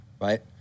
right